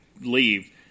leave